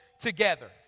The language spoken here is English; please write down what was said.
together